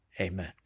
Amen